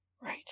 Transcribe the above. Right